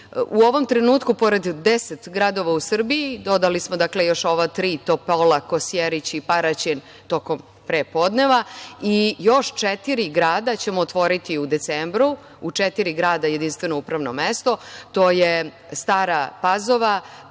u ovom trenutku pored 10 gradova u Srbiji, dodali smo dakle još ova tri - Topolu, Kosjerić i Paraćin tokom pre podneva, i u još četiri grada ćemo otvoriti u decembru jedinstveno upravno mesto. To su Stara Pazova,